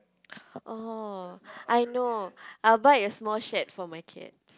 orh I know I will buy a small shed for my cats